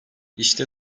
i̇şte